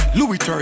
Louis